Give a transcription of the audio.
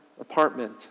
apartment